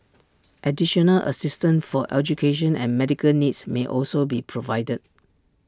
additional assistance for education and medical needs may also be provided